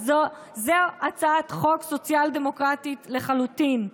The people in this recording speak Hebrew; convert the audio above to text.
אז זו הצעת חוק סוציאל-דמוקרטית לחלוטין.